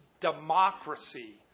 democracy